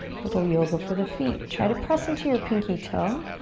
little yoga for the feet. try to press into your pinky toe.